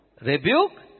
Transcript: rebuke